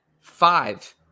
five